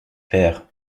père